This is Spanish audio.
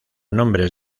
nombres